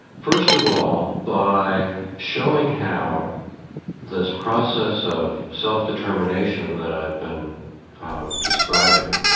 first of all, by showing how this process of self-determination that i've been describing,